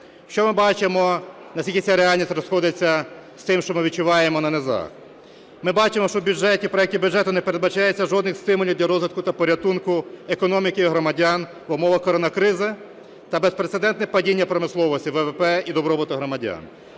Що ми бачимо, на скільки ця реальність розходиться з тим, що ми відчуваємо на низах? Ми бачимо, що в бюджеті, проекті бюджету, не передбачається жодних стимулів для розвитку та порятунку економіки і громадян в умовах коронакризи та безпрецедентне падіння промисловості, ВВП і добробуту громадян.